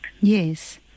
Yes